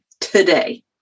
today